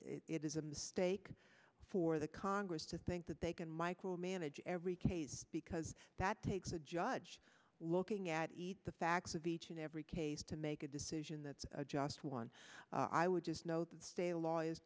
it is a mistake for the congress to think that they can micromanage every case because that takes a judge looking at eat the facts of each and every case to make a decision that's just one i would just no